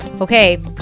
Okay